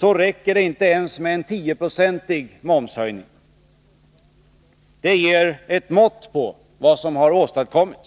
räcker det inte ens med en 10-procentig momshöjning. Det ger ett mått på vad som har åstadkommits.